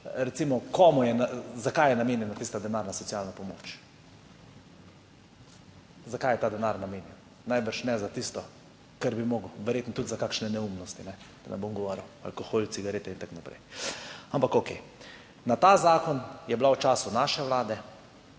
socialno pomoč, za kaj je namenjena tista denarna socialna pomoč? Za kaj je ta denar namenjen? Najbrž ne za tisto, kar bi moral biti, verjetno tudi za kakšne neumnosti, da ne bom govoril, alkohol, cigarete in tako naprej. Ampak okej. Na ta zakon je bil v času naše vlade